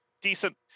decent